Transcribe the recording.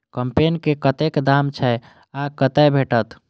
कम्पेन के कतेक दाम छै आ कतय भेटत?